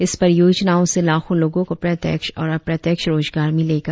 इस परियोजनाओं से लाखों लोगों को प्रत्यक्ष और अप्रत्यक्ष रोजगार मिलेगा